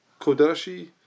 kodashi